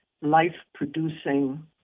life-producing